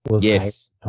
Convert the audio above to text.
Yes